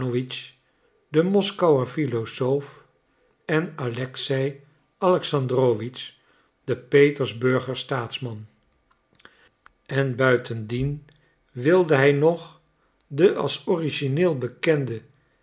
de moskouer philosoof en alexei alexandrowitsch de petersburger staatsman en buitendien wilde hij nog den als origineel bekenden